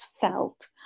felt